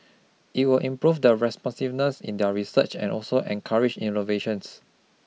it will improve the responsiveness in their research and also encourage innovations